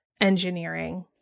engineering